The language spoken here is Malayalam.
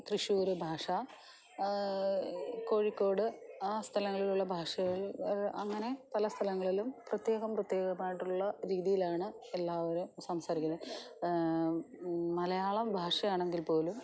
തൃശ്ശൂർ ഭാഷ കോഴിക്കോട് ആ സ്ഥലങ്ങളിലുള്ള ഭാഷകളിൽ അങ്ങനെ പല സ്ഥലങ്ങളിലും പ്രത്യേകം പ്രത്യേകം ആയിട്ടുള്ള രീതിയിലാണ് എല്ലാവരും സംസാരിക്കുന്നത് മലയാളം ഭാഷയാണെങ്കിൽ പോലും